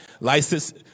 license